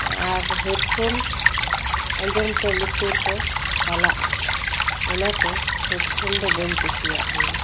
ᱟᱨ headphone ᱟᱸᱡᱚᱢ ᱛᱮ ᱞᱩᱛᱩᱨ ᱠᱚ ᱠᱟᱞᱟᱜᱼᱟ ᱚᱱᱟᱛᱮ ᱦᱮᱰᱯᱷᱳᱱ ᱫᱚ ᱵᱟᱹᱧ ᱠᱩᱥᱤᱭᱟᱜ ᱜᱮᱭᱟ